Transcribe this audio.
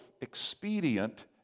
expedient